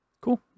Cool